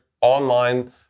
online